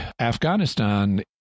Afghanistan